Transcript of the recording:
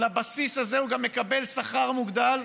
ועל הבסיס הזה הוא גם מקבל שכר מוגדל,